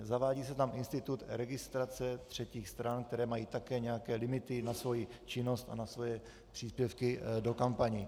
Zavádí se tam institut registrace třetích stran, které mají také nějaké limity na svoji činnost a na svoje příspěvky do kampaní.